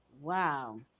Wow